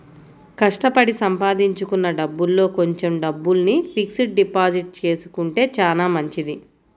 కష్టపడి సంపాదించుకున్న డబ్బుల్లో కొంచెం డబ్బుల్ని ఫిక్స్డ్ డిపాజిట్ చేసుకుంటే చానా మంచిది